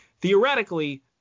theoretically